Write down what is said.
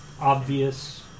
obvious